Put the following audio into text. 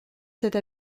cette